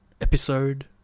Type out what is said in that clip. episode